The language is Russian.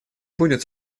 будет